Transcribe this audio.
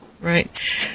Right